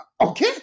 okay